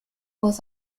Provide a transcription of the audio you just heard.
was